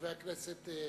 חבר הכנסת פיניאן,